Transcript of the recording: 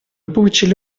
получили